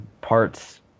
parts